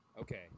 Okay